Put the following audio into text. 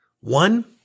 One